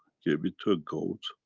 gave it to a goat,